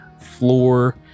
floor